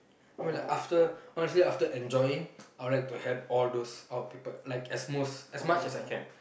I mean like after honestly after enjoying I would like to help all those out people as most as much as I can